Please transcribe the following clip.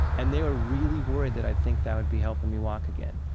and they were really worried that i'd think that would be helping me walk again,